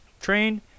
train